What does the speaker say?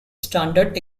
standard